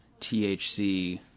THC